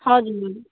हजुर